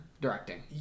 directing